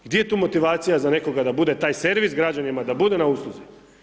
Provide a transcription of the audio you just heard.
Gdje je tu motivacija za nekoga da bude taj servis građanima, da bude na usluzi?